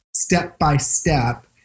step-by-step